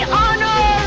honor